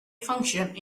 functions